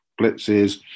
blitzes